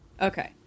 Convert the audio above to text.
Okay